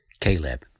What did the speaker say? Caleb